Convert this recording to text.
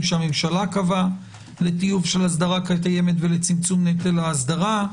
שהממשלה קבעה לטיוב של אסדרה קיימת ולצמצום נטל האסדרה.